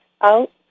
out